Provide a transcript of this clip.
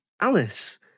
Alice